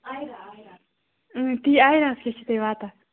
تی اَیراہَس کیاہ چھِو تُہۍ واتان